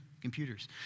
computers